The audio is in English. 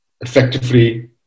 effectively